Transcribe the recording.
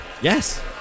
Yes